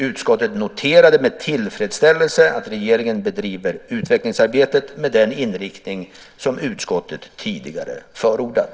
Utskottet noterade med tillfredsställelse att regeringen bedriver utvecklingsarbetet med den inriktning som utskottet tidigare förordat.